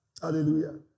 Hallelujah